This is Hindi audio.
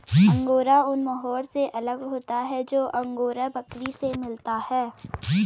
अंगोरा ऊन मोहैर से अलग होता है जो अंगोरा बकरी से मिलता है